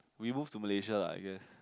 we move to Malaysia lah I think